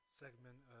segment